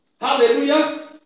Hallelujah